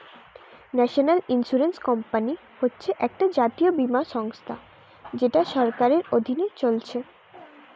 national insurance company হচ্ছে একটা জাতীয় বীমা সংস্থা যেটা সরকারের অধীনে চলছে